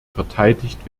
verteidigt